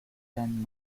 then